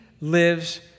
lives